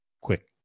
quick